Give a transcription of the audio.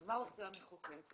אז מה עושה המחוקק?